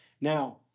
Now